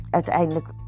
uiteindelijk